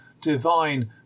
divine